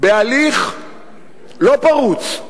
בהליך לא פרוץ,